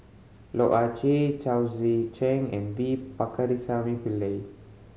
Loh Ah Chee Chao Tzee Cheng and V Pakirisamy Pillai